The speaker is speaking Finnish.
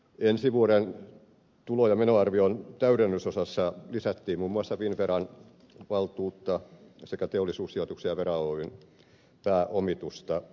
ensi vuoden tulo ja menoarvion täydennysosassa lisättiin muun muassa finnveran valtuutta sekä teollisuussijoitus oyn ja vera oyn pääomitusta